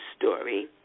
story